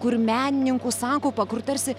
kur menininkų sakaupa kut tarsi